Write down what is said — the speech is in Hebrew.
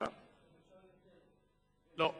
אני מאוד מודה לך,